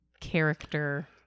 character